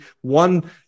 one